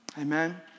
Amen